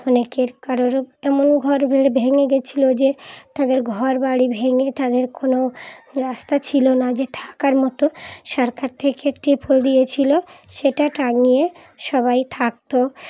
অনেকের কারোর এমন ঘর ভেড় ভেঙে গিয়েছিলো যে তাদের ঘর বাড়ি ভেঙে তাদের কোনো রাস্তা ছিল না যে থাকার মতো সরকার থেকে তিরপল দিয়েছিলো সেটা টাঙিয়ে সবাই থাকতো